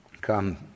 come